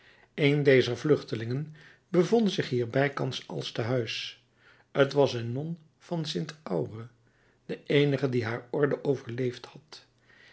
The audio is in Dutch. een dezer vluchtelingen bevond zich hier bijkans als tehuis t was een non van st aure de eenige die haar orde overleefd had